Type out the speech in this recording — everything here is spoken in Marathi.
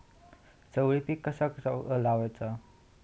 चवळी पीक कसा लावचा?